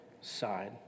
side